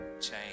change